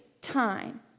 time